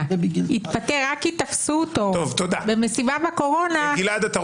התפטר רק כי תפסו אותו במסיבה בקורונה,